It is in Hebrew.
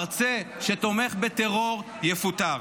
מרצה שתומך בטרור יפוטר.